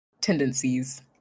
tendencies